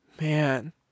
man